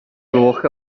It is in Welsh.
gloch